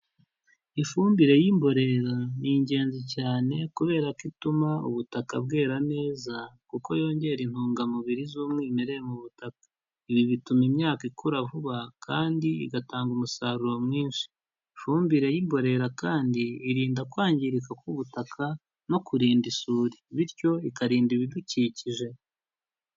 Ifumbire y'imborera ni ingenzi cyane kubera ko ituma ubutaka bwera neza kuko yongera intungamubiri z'umwimerere mu butaka. Ibi bituma imyaka ikura vuba kandi igatanga umusaruro mwinshi. Ifumbire y'imborera kandi irinda kwangirika k'ubutaka no kurinda isuri bityo ikarinda ibidukikije.